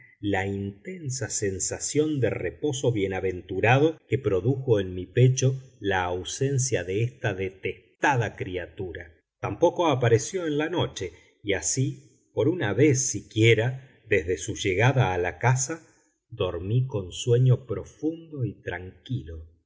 la intensa sensación de reposo bienaventurado que produjo en mi pecho la ausencia de esta detestada criatura tampoco apareció en la noche y así por una vez siquiera desde su llegada a la casa dormí con sueño profundo y tranquilo